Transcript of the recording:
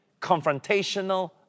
confrontational